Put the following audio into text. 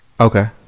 okay